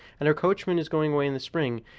and her coachman is going away in the spring,